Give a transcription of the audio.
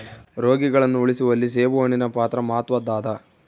ರೋಗಿಗಳನ್ನು ಉಳಿಸುವಲ್ಲಿ ಸೇಬುಹಣ್ಣಿನ ಪಾತ್ರ ಮಾತ್ವದ್ದಾದ